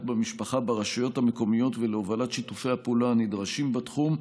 במשפחה ברשויות המקומיות ולהובלת שיתופי הפעולה הנדרשים בתחום,